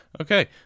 Okay